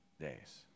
days